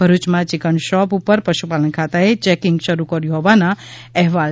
ભરૂચમાં chicken shop ઉપર પશુપાલન ખાતાએ ચેકિંગ શરૂ કર્યું હોવાના અહેવાલ છે